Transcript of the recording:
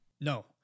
no